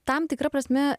tam tikra prasme